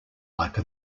like